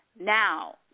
Now